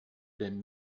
denn